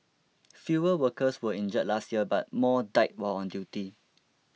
fewer workers were injured last year but more died while on duty